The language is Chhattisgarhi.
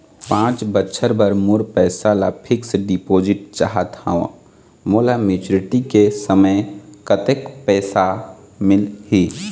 पांच बछर बर मोर पैसा ला फिक्स डिपोजिट चाहत हंव, मोला मैच्योरिटी के समय कतेक पैसा मिल ही?